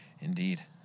Indeed